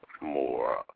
more